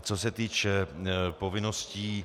Co se týče povinností.